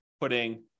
putting